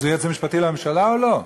אז הוא היועץ המשפטי לממשלה או לא?